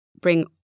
bring